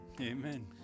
Amen